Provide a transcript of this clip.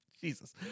Jesus